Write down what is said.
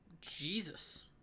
jesus